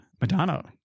Madonna